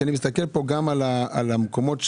כי אני מסתכל כאן גם על המקומות שנסגרו,